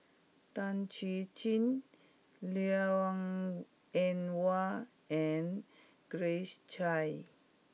Tan Chuan Jin Liang Eng Hwa and Grace Chia